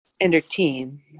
Entertain